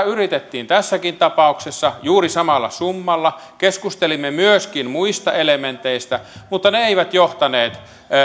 yritettiin tässäkin tapauksessa juuri samalla summalla keskustelimme myöskin muista elementeistä mutta ne eivät johtaneet